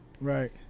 Right